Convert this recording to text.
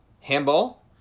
Handball